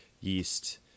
yeast